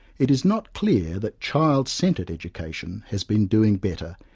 it is not clear that child-centred education has been doing better,